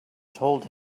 told